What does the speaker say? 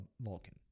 Vulcan